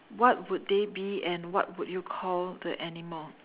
what would they be and what would you call the animal